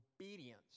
obedience